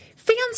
Fans